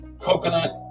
coconut